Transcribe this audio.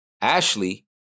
Ashley